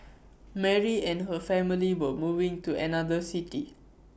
Mary and her family were moving to another city